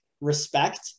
respect